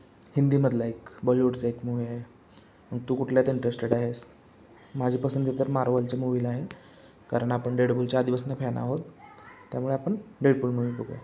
हिंदीमधला एक बॉलीवूडचा एक मूवी आहे मग तू कुठल्यात इंटरेस्टेड आहेस माझी पसंती तर मार्वलच्या मूवीला आहे कारण आपण डेडपूलचे आधीपासून फॅन आहोत त्यामुळे आपण डेडपूल मूव्ही बघूया